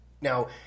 now –